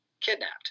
kidnapped